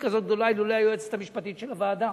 כזאת גדולה אילולא היועצת המשפטית של הוועדה,